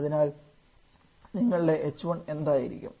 അതിനാൽ നിങ്ങളുടെ h1 എന്തായിരിക്കും